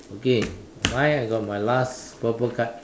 okay mine I got my last purple card